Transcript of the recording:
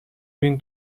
been